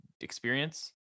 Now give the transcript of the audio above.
experience